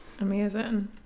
Amazing